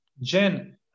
Jen